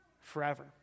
forever